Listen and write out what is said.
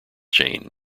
chain